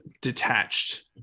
detached